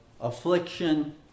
affliction